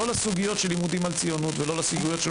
לא לסוגיות של לימודים על ציונות ומורשת